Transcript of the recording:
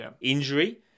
Injury